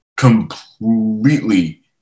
completely